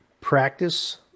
practice